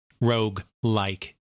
rogue-like